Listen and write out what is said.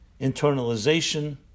internalization